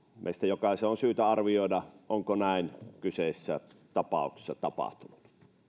meistä jokaisen on syytä arvioida onko näin kyseisessä tapauksessa tapahtunut